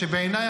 בעיניי,